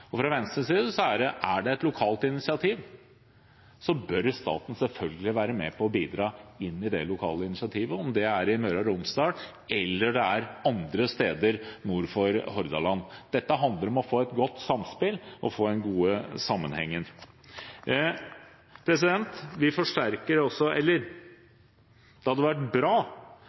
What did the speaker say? Og fra Venstres side mener vi at er det et lokalt initiativ, så bør staten selvfølgelig være med på å bidra inn i det lokale initiativet – uansett om det er i Møre og Romsdal eller om det er andre steder nord for Hordaland. Dette handler om å få til et godt samspill og få til en god sammenheng. Det hadde vært bra hvis også